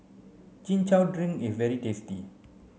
chin chow drink is very tasty